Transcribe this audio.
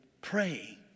pray